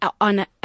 on